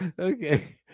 okay